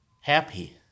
happy